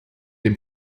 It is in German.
dem